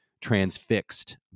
transfixed